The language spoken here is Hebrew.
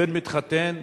הבן מתחתן,